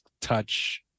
touch